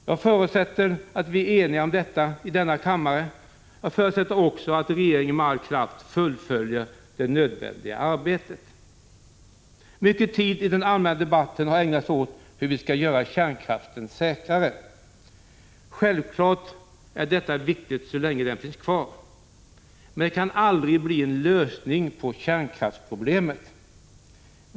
Jag förutsätter att vi är eniga om detta i denna kammare, och jag förutsätter också att regeringen med kraft fullföljer det nödvändiga arbetet. Mycket tid i den allmänna debatten har ägnats åt hur vi skall göra kärnkraften säkrare. Självfallet är detta viktigt, så länge kärnkraften är kvar, men det kan aldrig bli en lösning på kärnkraftsproblemen.